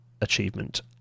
achievement